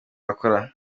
bakora